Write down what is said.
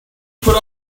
put